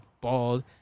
bald